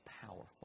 powerful